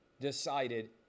decided